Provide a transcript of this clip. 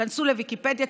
תיכנסו לוויקיפדיה,